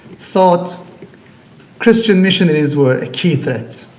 thought christian missionaries were a key threat.